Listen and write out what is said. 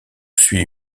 suit